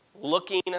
Looking